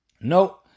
No